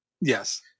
Yes